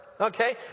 Okay